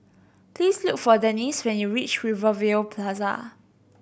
please look for Denese when you reach Rivervale Plaza